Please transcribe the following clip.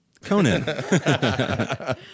conan